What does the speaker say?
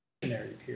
period